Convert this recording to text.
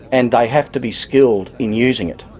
and they have to be skilled in using it.